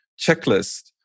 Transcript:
checklist